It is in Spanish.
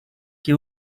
que